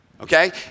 okay